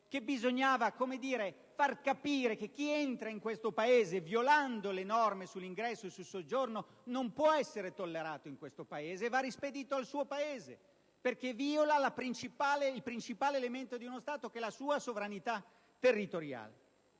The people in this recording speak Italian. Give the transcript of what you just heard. che bisognava far capire che chi entra in questo Paese violando le norme sull'ingresso e sul soggiorno non può essere tollerato in questo Paese; va rispedito nel suo Paese, perché viola il principale elemento di uno Stato che è la sua sovranità territoriale.